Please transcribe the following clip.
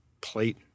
plate